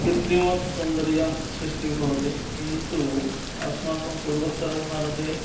कृत्रिमसौन्दर्यसृष्टिः भवति किन्तु अस्माकं पूर्वोत्तरभारते